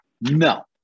no